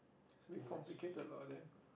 it's a bit complicated lah then